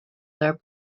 their